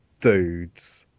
dudes